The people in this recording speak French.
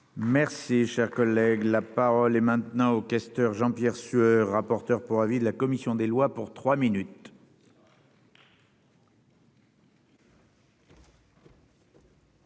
Merci, cher collègue, la parole est maintenant aux questeurs, Jean-Pierre Sueur, rapporteur pour avis de la commission des lois pour 3 minutes.